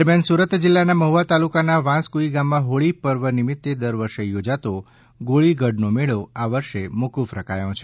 દરમિયાન સુરત જિલ્લાના મહુવા તાલુકાના વાંસકુઈ ગામમાં હોળીના પર્વ નિમિત્તે દર વર્ષે યોજાતો ગોળી ગઢનોમેળો આ વર્ષે મોકુક રખાયો છે